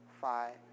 five